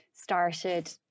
started